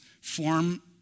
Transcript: form